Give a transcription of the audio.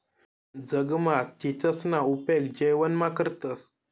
जगमा चीचसना उपेग जेवणमा करतंस